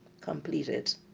completed